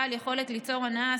בעל יכולת ליצור הנעה,